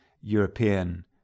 European